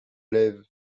lève